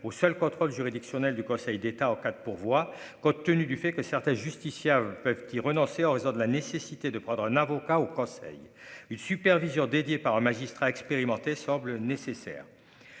au seul contrôle juridictionnel du Conseil d'État en cas de pourvoi, compte tenu du fait que certains justiciables peuvent y renoncer en raison de la nécessité de prendre un avocat au Conseil une supervision dédié par un magistrat expérimenté semble nécessaire,